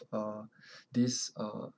uh this uh